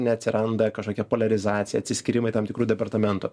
neatsiranda kažkokia poliarizacija atsiskyrimai tam tikrų departamentų